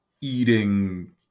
eating